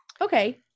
Okay